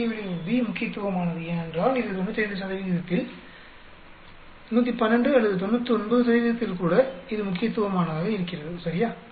முக்கிய விளைவு B முக்கியத்துவமானது ஏனென்றால் இது 95 இல் 112 அல்லது 99 இல் கூட இது முக்கியத்துவமானது சரியா